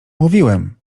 mówiłem